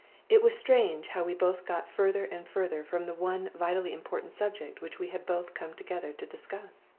it was strange how we both got further and further from the one vitally important subject which we had both come together to discuss!